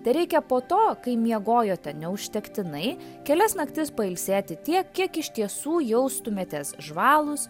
tereikia po to kai miegojote neužtektinai kelias naktis pailsėti tiek kiek iš tiesų jaustumėtės žvalūs